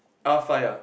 R five ah